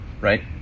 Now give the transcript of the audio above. right